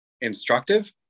instructive